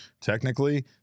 technically